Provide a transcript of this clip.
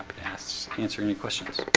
so answering any questions.